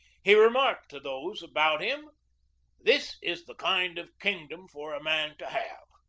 he remarked to those about him this is the kind of kingdom for a man to have.